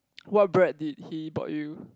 what bread did he bought you